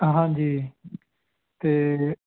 ਹਾਂਜੀ ਅਤੇ